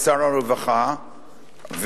שר הרווחה,